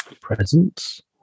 presence